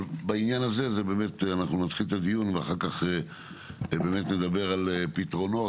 אבל בעניין הזה אנחנו נתחיל את הדיון ואחר כך נדבר על פתרונות,